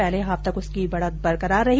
पहले हाफ तक उसकी बढ़त बरकरार रही